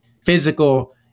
physical